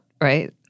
right